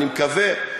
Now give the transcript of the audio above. אני מקווה,